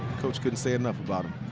coach couldn't say enough about him.